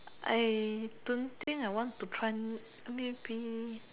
I don't think I want to try maybe